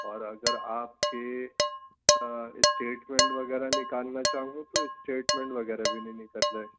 اور اگر آپ کے اسٹیٹمنٹ وغیرہ نکالنا چاہو گے تو اسٹیٹمنٹ وغیرہ بھی نہیں نکل رہے